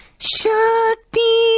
Shakti